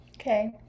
Okay